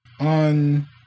on